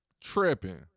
Tripping